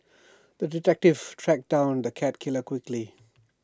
the detective tracked down the cat killer quickly